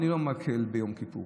אני לא מקל ביום כיפור,